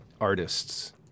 artists